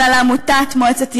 אלא לעמותת מועצת יש"ע.